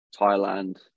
thailand